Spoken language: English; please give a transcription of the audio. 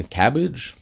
cabbage